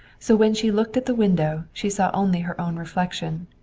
so when she looked at the window she saw only her own reflection,